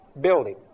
building